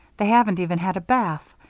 they haven't even had a bath.